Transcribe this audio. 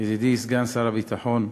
ידידי סגן שר הביטחון,